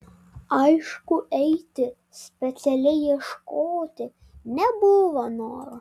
aišku eiti specialiai ieškoti nebuvo noro